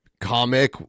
comic